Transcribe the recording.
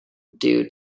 due